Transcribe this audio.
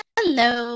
Hello